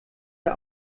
der